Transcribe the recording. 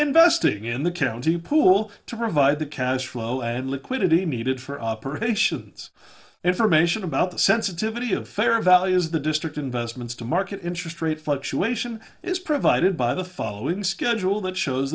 investing in the county pool to provide the cash flow and liquidity needed for operations information about the sensitivity of fair value is the district investments to market interest rate fluctuation is provided by the following schedule that shows